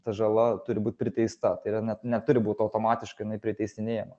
ta žala turi būt priteista tai yra ne neturi būt automatiškai jinai priteisinėjama